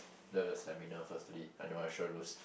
the seminar firstly I know I sure lose